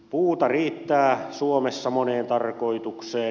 puuta riittää suomessa moneen tarkoitukseen